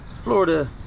Florida